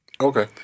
Okay